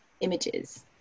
images